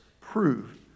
prove